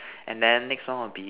and then next one will be